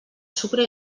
sucre